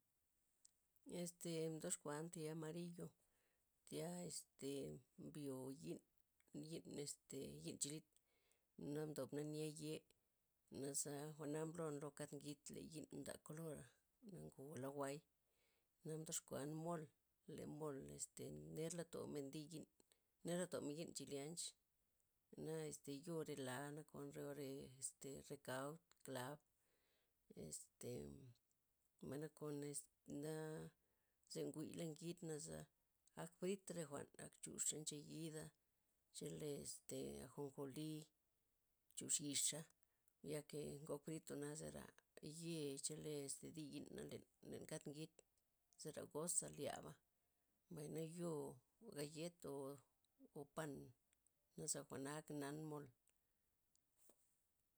Este mdoxkuan thi amariyo', tya este, mbyo yi'n, yi'n este yi'n chilit, na mdobna' nya yee, naza jwa'na mblon lo kald ngid, le yi'n mda kolora, na ngo lawai, na mdoxkuan mol, le mol este nerla' tomen diyi'n, nerla' tomen yi'n chileanch, na este yoo re la, re- or re cault- clav, este mbay nakon este naa ze nguyla' ngid naza ak frit re jwa'n, chuxa', nchayida', chele este anjojii' chux yixa' yake ngokfrit jwa'na zera yee chele dii yi'na' len len kald ngid, zera gosa lyaba', mbay na yo gayeta' o pann- naza' jwa'na ak nan mol.